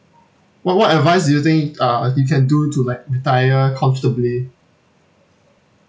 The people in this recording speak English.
what what advice do you think uh you can do to like retire comfortably